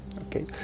okay